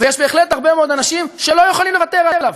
ויש בהחלט הרבה מאוד אנשים שלא יכולים לוותר עליו.